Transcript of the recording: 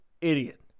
idiot